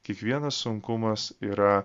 kiekvienas sunkumas yra